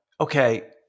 Okay